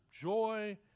joy